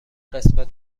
قسمت